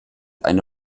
eine